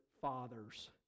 fathers